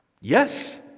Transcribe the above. Yes